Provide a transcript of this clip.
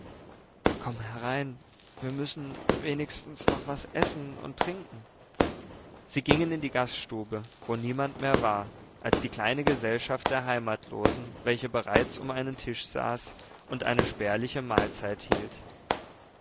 komm herein wir müssen wenigstens noch was essen und trinken sie gingen in die gaststube wo niemand mehr war als die kleine gesellschaft der heimatlosen welche bereits um einen tisch saß und eine spärliche mahlzeit hielt